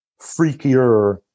freakier